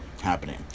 happening